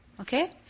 Okay